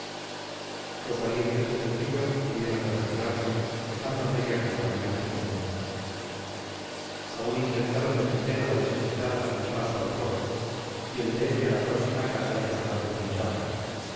los valientes de trujillo hubieron de retirarse dejando media compañía prisionera aún intentaron defender a la desesperada el paso al coro y el de este a la próxima casa llamada de menchaca